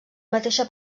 mateixa